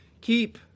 keep